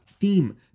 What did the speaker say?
theme